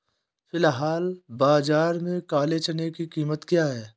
फ़िलहाल बाज़ार में काले चने की कीमत क्या है?